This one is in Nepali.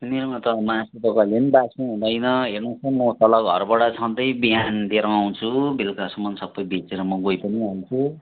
मेरोमा त मासु त कहिले बासी हुँदैन हेर्नु होस् है म तल घरबाट सधैँ बिहान लिएर आउँछु बेलुकासम्म सबै बेचेर म गई पनि हाल्छु